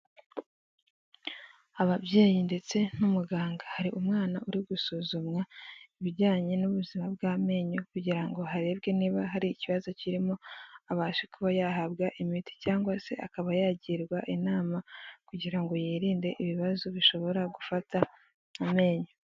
Ababyeyi ndetse n'umuganga, hari umwana uri gusuzumwa ibijyanye n'ubuzima bw'amenyo kugira ngo harebwe niba hari ikibazo kirimo abashe kuba yahabwa imiti, cyangwa se akaba yagirwa inama kugira ngo yirinde ibibazo bishobora gufata amenyo.